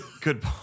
good